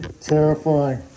terrifying